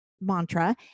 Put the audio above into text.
mantra